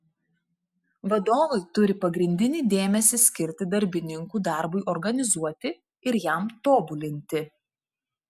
vadovai turi pagrindinį dėmesį skirti darbininkų darbui organizuoti ir jam tobulinti